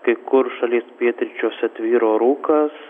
kai kur šalies pietryčiuose tvyro rūkas